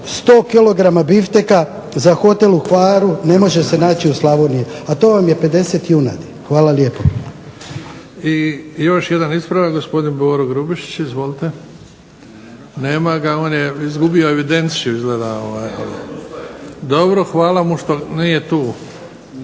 100 kg bifteka za hotel u Hvaru ne može se naći u Slavoniji, a to vam je 50 junadi. Hvala lijepo. **Bebić, Luka (HDZ)** I još jedan ispravak, gospodin Boro Grubišić. Izvolite. Nema ga, on je izgubio evidenciju izgleda. … /Upadica se ne